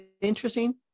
interesting